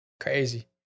Crazy